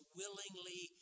willingly